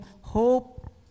hope